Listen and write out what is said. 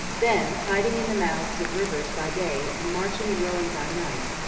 then, hiding in the mouths of rivers by day and marching and rowing by night,